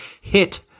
hit